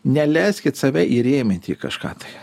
neleiskit save įrėminti į kažką tai